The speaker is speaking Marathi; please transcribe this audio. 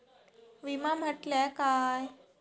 विमा म्हटल्या काय?